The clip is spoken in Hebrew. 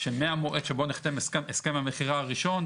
שמהמועד שבו נחתם הסכם המכירה הראשון,